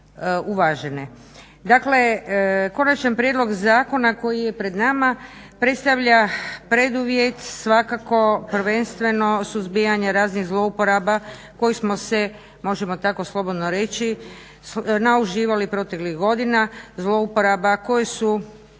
uvažene. Dakle, Konačan prijedlog zakona koji je pred nama predstavlja preduvjet svakako prvenstveno suzbijanja raznih zlouporaba kojih smo se možemo tako slobodno reći nauživali proteklih godina, zlouporaba koje su